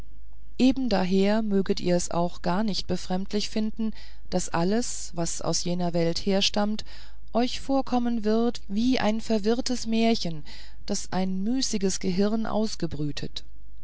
eben daher möget ihr es auch gar nicht befremdlich finden wenn alles was aus jener welt herstammt euch vorkommen wird wie ein verwirrtes märchen das ein müßiges gehirn ausgebrütet